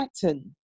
pattern